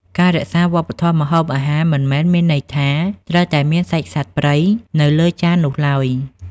ការរក្សាវប្បធម៌ម្ហូបអាហារមិនមែនមានន័យថាត្រូវតែមានសាច់សត្វព្រៃនៅលើចាននោះឡើយ។